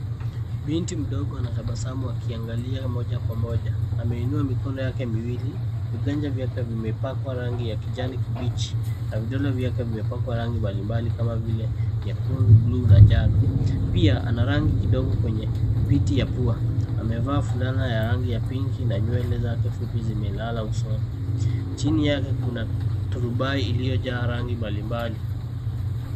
Binti mdogo anatabasamu akiangalia moja kwa moja. Ameinua mikoni yake miwili. Viganja vyake vimepakwa rangi ya kijani kibichi na vidole vyake vimepakwa rangi tofauti kama vile nyekundu, buluu na njano. Pia ana rangi kidogo kwenye piti ya pua. Amevaa fulana yenye rangi ya pinki na nywele zake zimelala usoni. Chini yake kuna turubai iliyojaa rangi mbalimbali.